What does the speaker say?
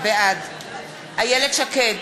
בעד איילת שקד,